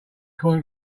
coin